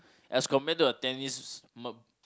as compared to a tennis m~